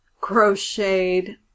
crocheted